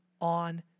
on